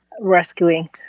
rescuing